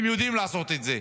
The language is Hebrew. הם יודעים לעשות את זה,